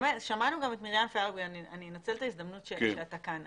שמענו את מרים פיירברג ואני אנצל את ההזדמנות שאתה כאן.